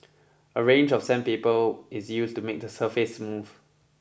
a range of sandpaper is used to make the surface smooth